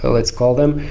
ah let's call them,